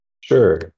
Sure